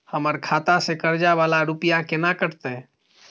हमर खाता से कर्जा वाला रुपिया केना कटते?